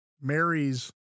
Mary's